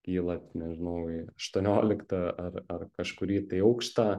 kyla nežinau į aštuonioliktą ar ar kažkurį tai aukštą